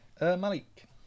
Malik